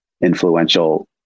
influential